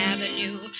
Avenue